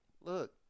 look